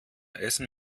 essen